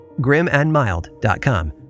GrimAndMild.com